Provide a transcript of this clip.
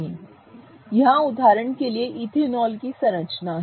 यहाँ उदाहरण के लिए इथेनॉल की संरचना है